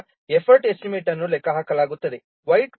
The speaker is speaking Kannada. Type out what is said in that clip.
ನಂತರ ಎಫರ್ಟ್ ಎಸ್ಟಿಮೇಟ್ ಅನ್ನು ಲೆಕ್ಕ ಹಾಕಲಾಗುತ್ತದೆ